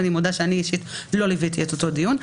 אני מודה שאני אישית לא לוויתי את אותו הדיון.